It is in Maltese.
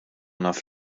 naf